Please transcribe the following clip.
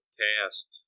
cast